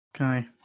okay